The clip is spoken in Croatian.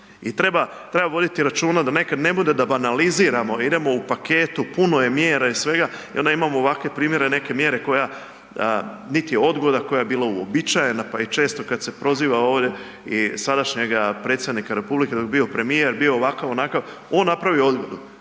treba voditi računa da nekad ne bude da banaliziramo, idemo u paketu, puno je mjera i svega i onda imamo ovakve primjere neke mjere koja nit je odgoda koja je bila uobičajena, pa i često kad se proziva ovdje i sadašnjega predsjednika republike dok je bio premijer, bio ovakav onakav, on napravio